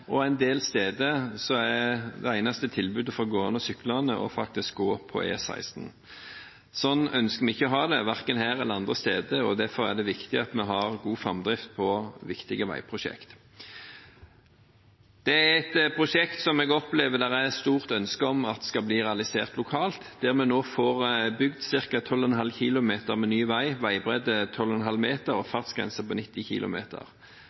og en del steder er det eneste tilbudet for gående og syklende faktisk å gå på E16. Sånn ønsker vi ikke å ha det, verken her eller andre steder, og derfor er det viktig at vi har god framdrift i viktige veiprosjekt. Jeg opplever at det er et stort ønske lokalt om at prosjektet skal bli realisert. Vi får nå bygd ca. 12,5 km ny vei med veibredde 12,5 meter og fartsgrense på 90